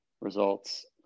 results